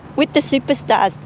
with the superstars,